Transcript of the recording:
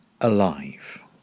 Alive